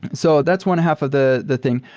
so that's one half of the the thing.